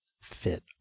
fit